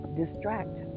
distract